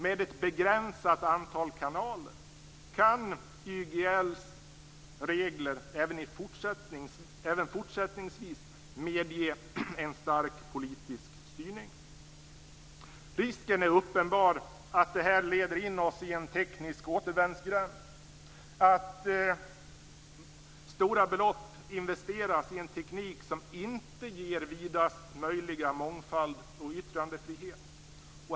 Med ett begränsat antal kanaler kan YGL:s regler även fortsättningsvis medge en stark politisk styrning. Risken är uppenbar att detta leder in oss i en teknisk återvändsgränd och att stora belopp investeras i en teknik som inte ger största möjliga mångfald och yttrandefrihet.